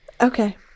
Okay